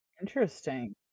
Interesting